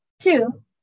Two